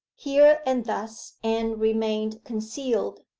here and thus anne remained concealed.